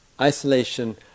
isolation